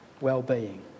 well-being